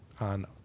on